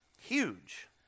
Huge